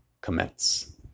commence